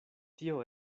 tio